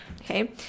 okay